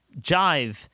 jive